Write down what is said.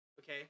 okay